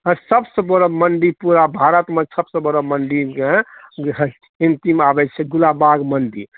सबसँ बड़ा मण्डी पूरा भारतमे सबसँ बड़ा मण्डीके गिनतीमे आबै छै गुलाबबाग मण्डी